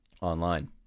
online